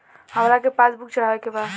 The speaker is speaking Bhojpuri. हमरा के पास बुक चढ़ावे के बा?